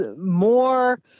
more